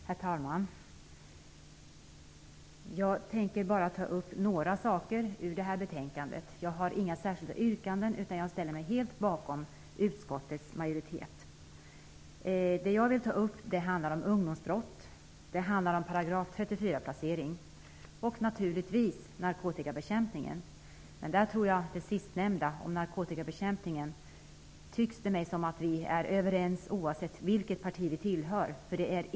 Herr talman! Jag tänker bara ta upp några av de saker som berörs i betänkandet. Jag har inga särskilda yrkanden, utan jag ställer mig helt bakom vad utskottets majoritet säger. Det jag vill ta upp handlar om ungdomsbrott, om § 34-placering och, naturligtvis, om narkotikabekämpning. Beträffande det sistnämnda tycks vi vara överens, oavsett partitillhörighet.